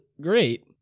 great